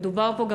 מדובר פה,